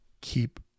keep